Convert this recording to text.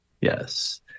Yes